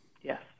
Yes